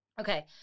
Okay